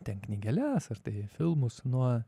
ten knygeles ar tai filmus nuo